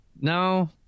no